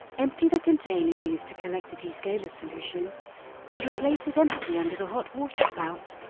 empty the container used to collect the descaler solution and replace it empty under the hot water spout.